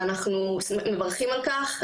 ואנחנו מברכים על כך,